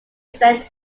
saint